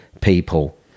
people